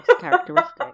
characteristic